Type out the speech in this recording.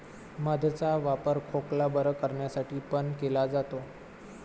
मध चा वापर खोकला बरं करण्यासाठी पण केला जातो